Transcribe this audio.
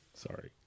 Sorry